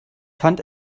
fand